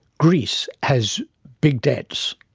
greece has big debts.